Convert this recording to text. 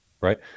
right